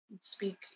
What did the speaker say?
speak